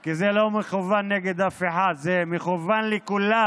כי זה לא מכוון נגד אף אחד, זה מכוון לכולם,